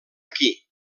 aquí